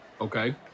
Okay